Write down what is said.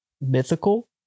mythical